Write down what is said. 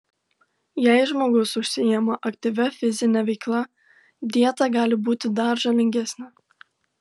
jei žmogus užsiima aktyvia fizine veikla dieta gali būti dar žalingesnė